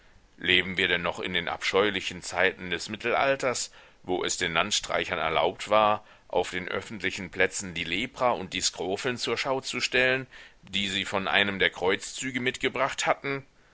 leben wir denn noch in den abscheulichen zeiten des mittelalters wo es den landstreichern erlaubt war auf den öffentlichen plätzen die lepra und die skrofeln zur schau zu stellen die sie von einem der kreuzzüge mitgebracht hatten